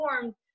formed